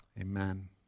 amen